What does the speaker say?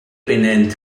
benennt